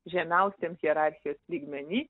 žemiausiam hierarchijos lygmeny